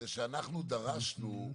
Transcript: אבל מה שאמר תומר זה שאנחנו דרשנו אז,